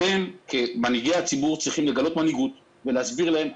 אתם כמנהיגי הציבור צריכים לגלות מנהיגות ולהסביר להם.